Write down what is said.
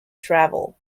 travel